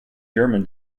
german